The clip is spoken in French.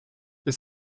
les